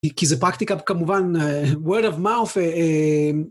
כי זה פרקטיקה כמובן word of mouth